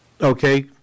Okay